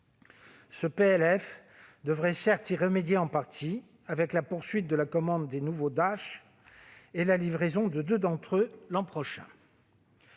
devrait certes y remédier en partie, avec la poursuite de la commande des nouveaux avions Dash et la livraison de deux d'entre eux l'an prochain.